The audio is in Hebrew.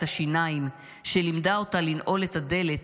השיניים/ שלימדה אותה לנעול את הדלת,